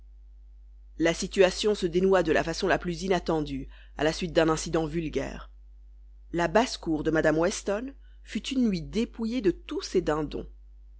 la situation se dénoua de la façon la plus inattendue à la suite d'un incident vulgaire la basse-cour de mme weston fut une nuit dépouillée de tous ses dindons